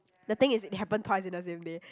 the thing is it happened twice in the same day